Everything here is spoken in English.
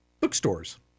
bookstores